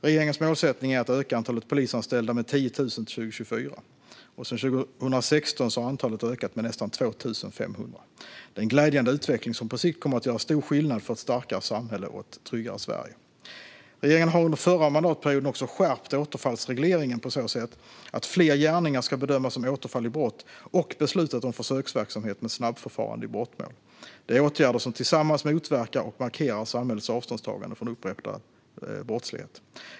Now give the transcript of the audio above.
Regeringens målsättning är att öka antalet polisanställda med 10 000 till 2024. Sedan 2016 har antalet ökat med nästan 2 500. Det är en glädjande utveckling som på sikt kommer att göra stor skillnad för ett starkare samhälle och ett tryggare Sverige. Regeringen har under förra mandatperioden också skärpt återfallsregleringen på så sätt att fler gärningar ska bedömas som återfall i brott och beslutat om försöksverksamhet med snabbförfarande i brottmål. Det är åtgärder som tillsammans motverkar och markerar samhällets avståndstagande från upprepad brottslighet.